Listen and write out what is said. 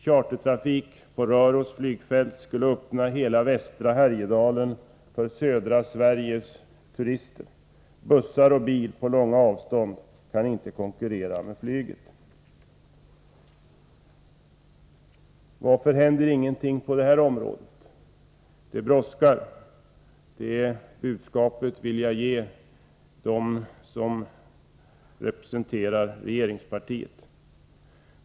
Chartertrafik på Röros flygplats skulle öppna hela västra Härjedalen för södra Sveriges turister. Bussar och bil kan inte konkurrera med flyget på långa avstånd. Varför händer ingenting på detta område? Det brådskar — detta budskap vill jag ge dem som representerar regeringspartiet.